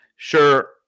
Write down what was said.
Sure